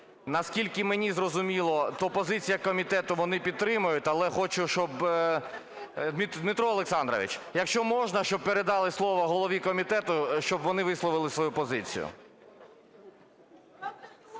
Наскільки мені зрозуміло, то позиція комітету, вони підтримують, але хочу, щоб… Дмитро Олександрович, якщо можна, щоб передали слово голові комітету, щоб висловили свою позицію.